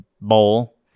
bowl